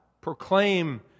proclaim